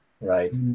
Right